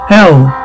Hell